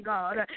God